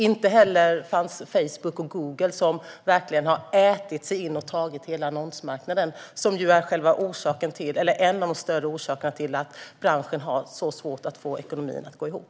Inte heller fanns Facebook och Google som verkligen har ätit sig in i och tagit hela annonsmarknaden, vilket är en av de större orsakerna till att branschen har så svårt att få ekonomin att gå ihop.